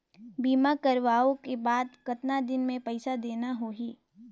बीमा करवाओ के बाद कतना दिन मे पइसा देना हो ही?